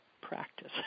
practice